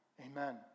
amen